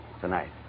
tonight